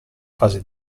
fase